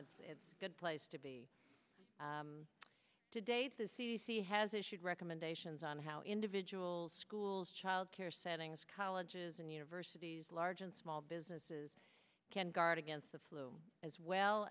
know it's a good place to be today the c d c has issued recommendations on how individuals schools child care settings colleges and universities large and small businesses can guard against the flu as well